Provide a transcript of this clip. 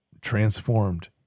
transformed